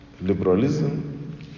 liberalism